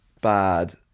bad